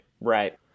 Right